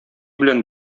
белән